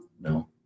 no